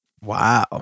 Wow